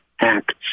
acts